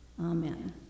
amen